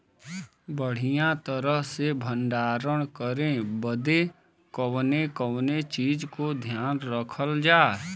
बढ़ियां तरह से भण्डारण करे बदे कवने कवने चीज़ को ध्यान रखल जा?